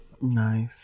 nice